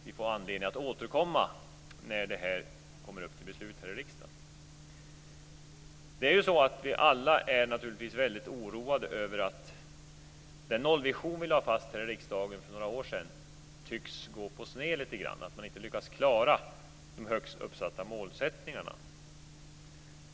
Vi får anledning att återkomma när det kommer upp till beslut här i riksdagen. Vi är naturligtvis alla mycket oroade över att den nollvision vi lade fast här i riksdagen för några år sedan tycks gå lite grann på sned. Man lyckas inte klara de högt uppsatta målen.